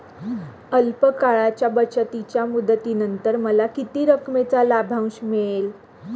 अल्प काळाच्या बचतीच्या मुदतीनंतर मला किती रकमेचा लाभांश मिळेल?